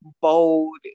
bold